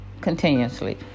continuously